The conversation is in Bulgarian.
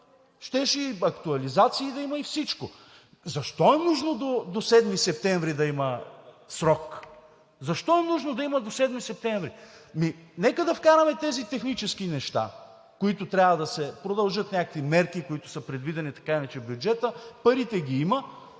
щеше и актуализация да има, и всичко. Защо е нужно до 7 септември да има срок? Защо е нужно да има до 7 септември? Ами нека да вкараме тези технически неща, които трябва да се продължат, някакви мерки, които са предвидени така или иначе в бюджета, парите ги има